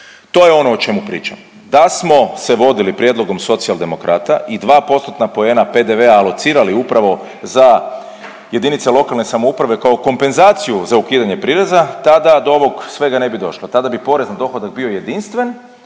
To je ono o čemu pričam. Da smo se vodili prijedlogom Socijaldemokrata i dva postotna poena PDV-a alocirali upravo za jedinice lokalne samouprave kao kompenzaciju za ukidanje prireza tada do ovog svega ne bi došlo. Tada bi porez na dohodak bio jedinstven